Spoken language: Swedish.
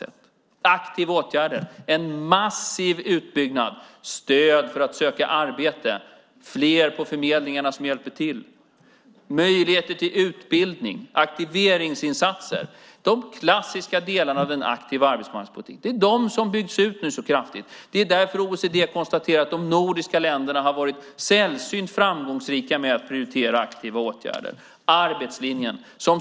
Det är aktiva åtgärder, en massiv utbyggnad, stöd för att söka arbete, fler på förmedlingarna som hjälper till, möjligheter till utbildning och aktiveringsinsatser. Det är de klassiska delarna av den aktiva arbetsmarknadspolitiken. Det är de som nu byggs ut så kraftigt. Det är därför som OECD konstaterar att de nordiska länderna har varit sällsynt framgångsrika med att prioritera aktiva åtgärder. Det handlar om arbetslinjen.